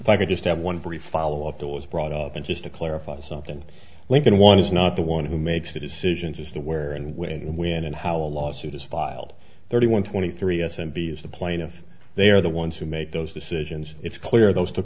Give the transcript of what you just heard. if i could just have one brief follow up that was brought up and just to clarify something lincoln one is not the one who makes the decisions as to where and when and when and how a lawsuit is filed thirty one twenty three s and b is the plaintiff they are the ones who made those decisions it's clear those took